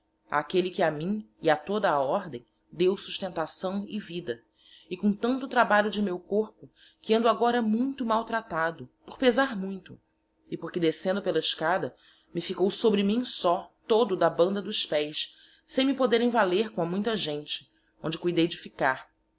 aquelle que a mim e a toda a ordem deo sustentaçaõ e vida e com tanto trabalho de meu corpo que ando agora muito mal tratado por pesar muito e porque descendo pela escada me ficou sobre mim só todo da banda dos pés sem me poderem valer com a muita gente onde cuidei de ficar